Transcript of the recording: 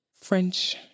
French